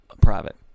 Private